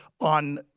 on